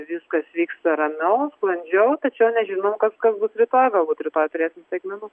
viskas vyksta ramiau sklandžiau tačiau nežinau kas kas bus rytoj galbūt rytoj turėsim staigmenų